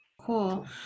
Cool